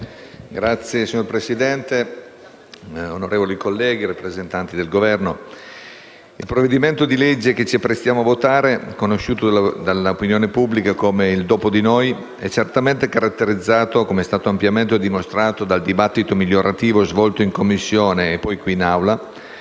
MPL))*. Signor Presidente, onorevoli colleghi, rappresentanti del Governo, il provvedimento di legge che ci apprestiamo a votare, conosciuto dalla pubblica opinione come il "dopo di noi", è certamente caratterizzato - come è stato ampiamente dimostrato dal dibattito migliorativo svolto in Commissione e poi qui in Aula